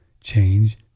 change